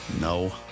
No